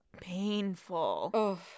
painful